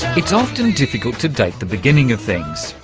it's often difficult to date the beginning of things.